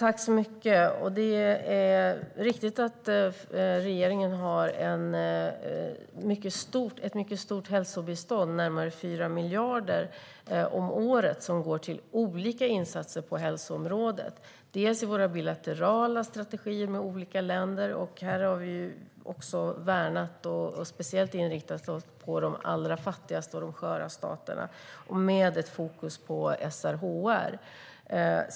Fru talman! Det är riktigt att regeringen har ett mycket stort hälsobistånd. Närmare 4 miljarder om året går till olika insatser på hälsoområdet, delvis inom våra bilaterala strategier med olika länder. Här har vi värnat och speciellt inriktat oss på de allra fattigaste och de sköra staterna med ett fokus på SRHR.